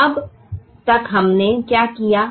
अब अब तक हमने क्या किया है